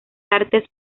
artes